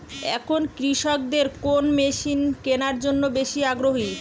এখন কৃষকদের কোন মেশিন কেনার জন্য বেশি আগ্রহী?